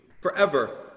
forever